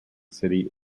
city